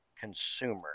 consumer